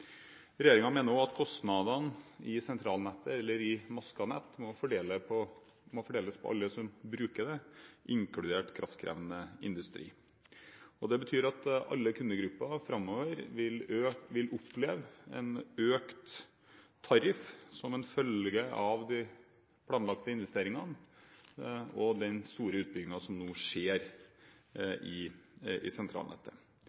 mener også at kostnadene i det maskede nettet må fordeles på alle som bruker det, inkludert den kraftkrevende industrien. Det betyr at alle kundegruppene vil oppleve en økt tariff framover som en følge av de planlagte investeringene og den store utbyggingen som nå skjer